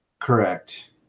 Correct